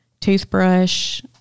toothbrush